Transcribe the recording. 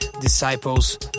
Disciples